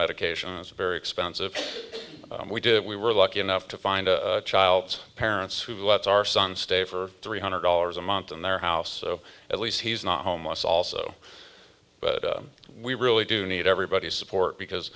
medications very expensive we did we were lucky enough to find a child's parents who lets our son stay for three hundred dollars a month in their house so at least he's not homeless also but we really do need everybody's support because